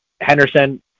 Henderson